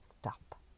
Stop